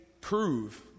prove